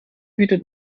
bietet